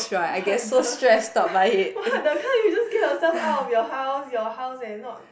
what the what the kind you just get yourselves out of your house your house and not